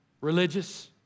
religious